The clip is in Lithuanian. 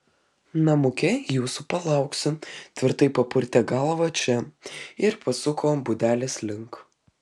namuke jūsų palauksiu tvirtai papurtė galvą če ir pasuko būdelės link